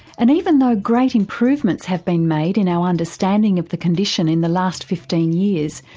and even though great improvements have been made in our understanding of the condition in the last fifteen years,